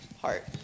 heart